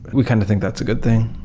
we kind of think that's a good thing.